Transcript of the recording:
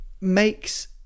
makes